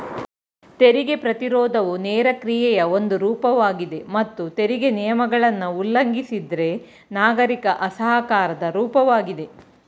ತೆರಿಗೆ ಪ್ರತಿರೋಧವು ನೇರ ಕ್ರಿಯೆಯ ಒಂದು ರೂಪವಾಗಿದೆ ಮತ್ತು ತೆರಿಗೆ ನಿಯಮಗಳನ್ನ ಉಲ್ಲಂಘಿಸಿದ್ರೆ ನಾಗರಿಕ ಅಸಹಕಾರದ ರೂಪವಾಗಿದೆ